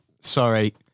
sorry